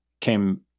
came